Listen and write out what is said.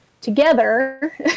together